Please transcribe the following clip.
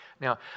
Now